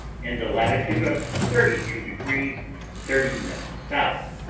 in the latitude of thirty two degrees thirty minutes south.